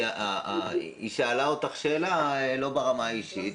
היא שאלה אותך שאלה לא ברמה האישית,